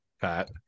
Pat